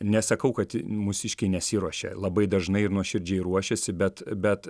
nesakau kad mūsiškiai nesiruošė labai dažnai ir nuoširdžiai ruošėsi bet bet